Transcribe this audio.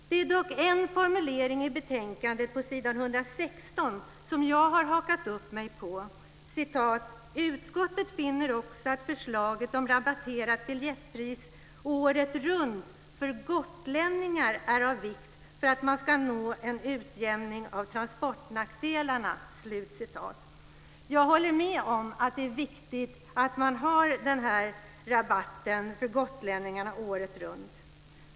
Det finns dock en formulering på s. 116 i betänkande TU1 som jag har hakat upp mig på: "Utskottet finner också att förslaget om rabatterat biljettpris året runt för gotlänningar är av vikt för att man skall nå en utjämning av transportnackdelarna." Jag håller med om att det är viktigt att ha den här rabatten för gotlänningarna året runt.